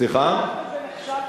עזבתי כי נכשלתם.